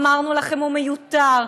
אמרנו לכם: הוא מיותר,